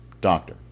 Doctor